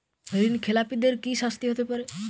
ঋণ খেলাপিদের কি শাস্তি হতে পারে?